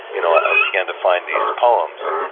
you know i began to find these poems,